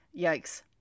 Yikes